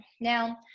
Now